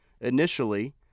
initially